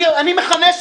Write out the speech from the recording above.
אני מכנס,